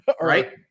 Right